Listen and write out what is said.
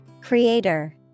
Creator